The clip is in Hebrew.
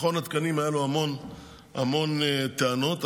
למכון התקנים היו המון טענות,